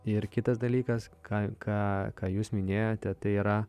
ir kitas dalykas ką ką ką jūs minėjote tai yra